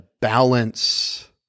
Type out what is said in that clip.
balance